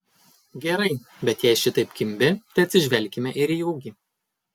gerai bet jei šitaip kimbi tai atsižvelkime ir į ūgį